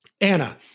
anna